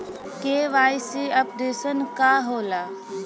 KYC updation का होला?